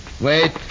Wait